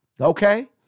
okay